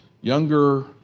younger